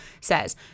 says